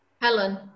Helen